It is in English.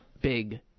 big